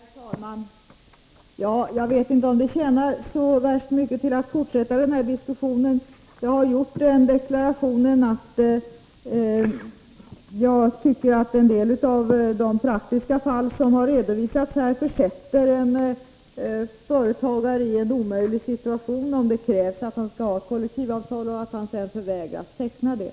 Herr talman! Jag vet inte om det tjänar så värst mycket till att fortsätta den här diskussionen. Jag har gjort den deklarationen att i en del av de praktiska fall som har redovisats här försätts en företagare i en omöjlig situation, om det krävs att han skall ha kollektivavtal och han sedan förvägras att teckna det.